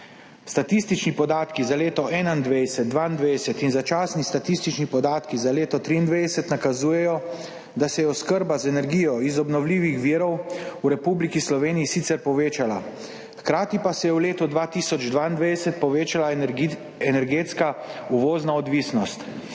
Statistični podatki za leto 2021, 2022 in začasni statistični podatki za leto 2023 nakazujejo, da se je oskrba z energijo iz obnovljivih virov v Republiki Sloveniji sicer povečala, hkrati pa se je v letu 2022 povečala energetska uvozna odvisnost.